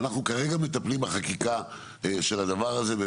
אנחנו כרגע מטפלים בחקיקה של הדבר הזה.